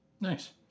Nice